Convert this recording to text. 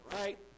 right